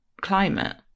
climate